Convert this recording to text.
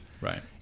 Right